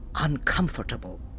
uncomfortable